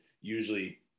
usually